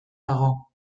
dago